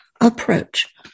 Approach